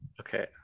Okay